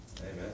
Amen